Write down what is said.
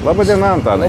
laba diena antanai